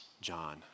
John